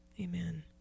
amen